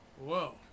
Whoa